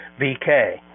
VK